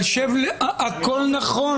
אבל שב, הכל נכון.